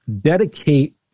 dedicate